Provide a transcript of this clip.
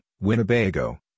Winnebago